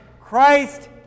Christ